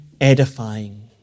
edifying